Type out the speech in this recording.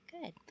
Good